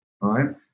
right